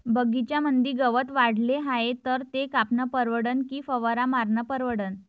बगीच्यामंदी गवत वाढले हाये तर ते कापनं परवडन की फवारा मारनं परवडन?